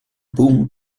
boom